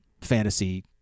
fantasy